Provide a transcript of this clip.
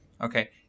Okay